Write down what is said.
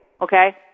okay